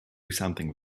something